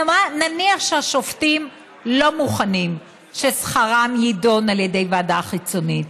נניח שהשופטים לא מוכנים ששכרם יידון על ידי ועדה חיצונית,